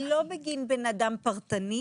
היא לא בגין בן אדם פרטני,